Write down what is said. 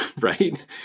right